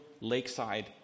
Lakeside